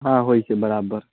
हँ होइत छै बराबर